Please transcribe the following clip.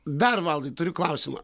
dar valdai turiu klausimą